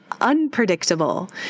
unpredictable